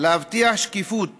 להבטיח שקיפות